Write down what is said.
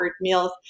meals